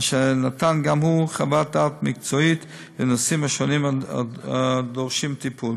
אשר נתן גם הוא חוות דעת מקצועית בנושאים השונים הדורשים טיפול.